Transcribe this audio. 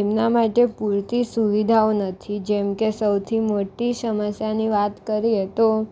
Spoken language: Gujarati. એમના માટે પૂરતી સુવિધાઓ નથી જેમકે સૌથી મોટી સમસ્યાની વાત કરીએ તો